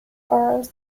arms